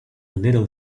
little